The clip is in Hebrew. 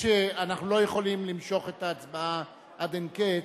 אנחנו לא יכולים למשוך את ההצבעה עד אין קץ.